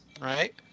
Right